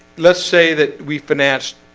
let's say that we financed